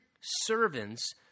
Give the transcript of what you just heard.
servants